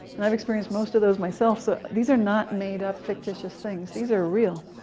i've experienced most of those myself, so these are not made-up fictitious things. these are real.